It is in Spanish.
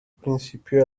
principio